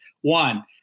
One